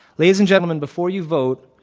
ladies and gentlemen, before you vote,